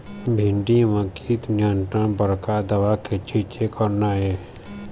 भिंडी म कीट नियंत्रण बर का दवा के छींचे करना ये?